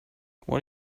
what